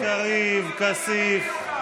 חברי הכנסת קריב, כסיף.